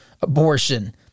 abortion